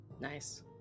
Nice